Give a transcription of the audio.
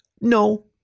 No